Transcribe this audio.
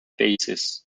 bases